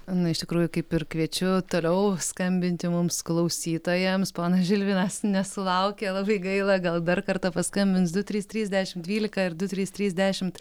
na iš tikrųjų kaip ir kviečiu toliau skambinti mums klausytojams ponas žilvinas nesulaukė labai gaila gal dar kartą paskambins du trys trys dešimt dvylika ir du trys trys dešimt